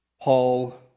Paul